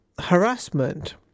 harassment